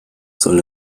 soll